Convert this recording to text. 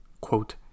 Quote